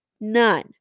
none